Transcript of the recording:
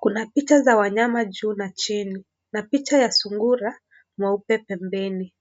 kuna picha za wanyama juu na chini na picha ya sungura mweupe pembeni.